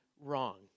wrong